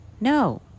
no